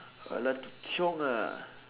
I like to chiong ah